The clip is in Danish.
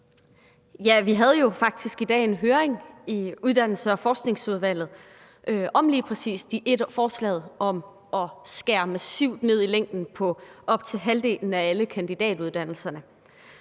Vi havde jo faktisk i dag en høring i Uddannelses- og Forskningsudvalget om lige præcis forslaget om at skære massivt ned i længden på op til halvdelen af alle kandidatuddannelserne.